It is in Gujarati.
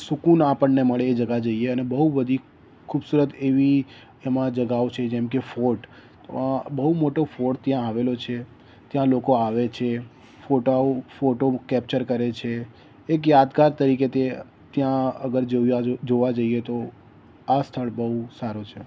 સુકુન આપણને મળે એ જગા જઈએ અને બહુ બધી ખૂબસૂરત એવી એમાં જગાઓ છે જેમ કે ફોર્ટ બહુ મોટો ફોર્ટ ત્યાં આવેલો છે ત્યાં લોકો આવે છે ફોટાઓ ફોટો કેપ્ચર કરે છે એક યાદગાર તરીકે તે ત્યાં અગર જોવા જાઈએ તો આ સ્થળ બહુ સારું છે